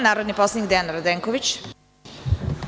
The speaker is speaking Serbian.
Narodni poslanik Dejan Radenković.